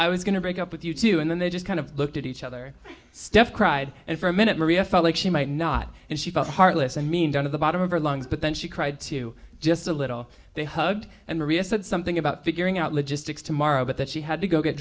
i was going to break up with you too and then they just kind of looked at each other steph cried and for a minute maria felt like she might not and she felt heartless i mean down to the bottom of her lungs but then she cried too just a little they hugged and maria said something about figuring out logistics tomorrow but that she had to go get